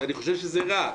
אני חושב שזה רע,